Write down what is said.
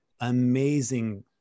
amazing